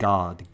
God